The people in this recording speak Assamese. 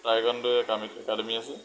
টাইকোৱাণ্ডো একামি একাডেমি আছে